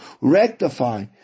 rectify